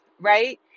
right